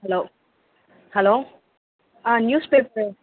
hello hello ஆ news paper